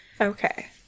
Okay